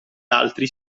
altri